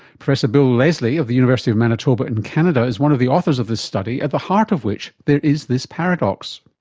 professor bill leslie of the university of manitoba in canada is one of the authors of this study, at the heart of which there is this paradox.